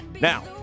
Now